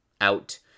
out